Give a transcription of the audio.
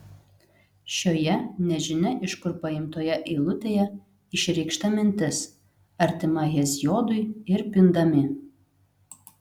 šioje nežinia iš kur paimtoje eilutėje išreikšta mintis artima heziodui ir pindami